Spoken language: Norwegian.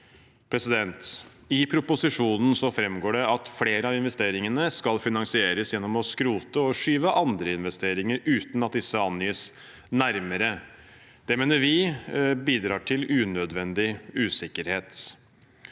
det. Av proposisjonen framgår det at flere av investeringene skal finansieres gjennom å skrote og skyve på andre investeringer, uten at disse angis nærmere. Det mener vi bidrar til unødvendig usikkerhet.